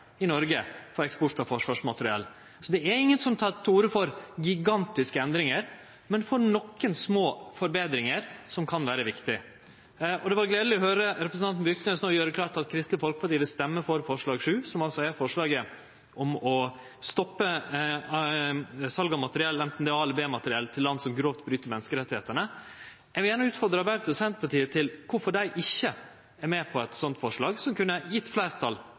i Noreg for eksport av forsvarsmateriell, så det er ingen som tek til orde for gigantiske endringar, men for nokre små forbetringar, som kan vere viktige. Og det var gledeleg å høyre representanten Aarhus Byrknes no gjere det klart at Kristeleg Folkeparti vil røyste for forslag nr. 7, som altså er forslag om å stoppe sal av materiell, enten det er A-materiell eller B-materiell, til land som grovt bryt menneskerettane. Eg vil gjerne utfordre Arbeidarpartiet og Senterpartiet til å seie kvifor dei ikkje er med på eit slik forslag, som kunne